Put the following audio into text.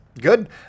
good